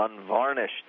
unvarnished